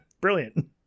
Brilliant